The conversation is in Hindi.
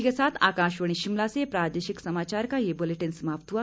इसी के साथ आकाशवाणी शिमला से प्रादेशिक समाचार का ये बुलेटिन समाप्त हुआ